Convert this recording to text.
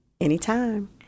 anytime